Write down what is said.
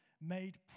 made